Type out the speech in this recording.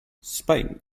spain